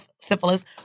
syphilis